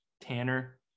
tanner